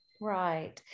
Right